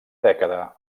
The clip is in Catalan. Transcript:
dècada